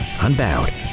unbowed